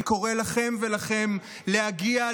אני קורא לכן ולכם להגיע,